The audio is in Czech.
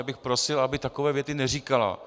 Já bych prosil, aby takové věty neříkala.